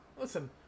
Listen